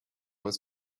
was